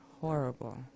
horrible